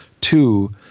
two